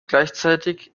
gleichzeitig